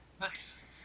Nice